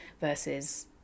versus